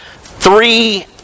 three